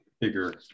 bigger